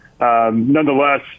nonetheless